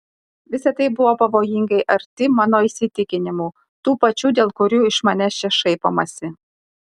visa tai buvo pavojingai arti mano įsitikinimų tų pačių dėl kurių iš manęs čia šaipomasi